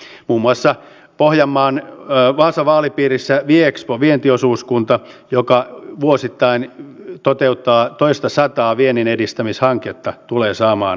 muun muassa pohjanmaalla vaasan vaalipiirissä viexpo vientiosuuskunta joka vuosittain toteuttaa toistasataa vienninedistämishanketta tulee saamaan osansa